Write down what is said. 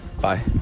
Bye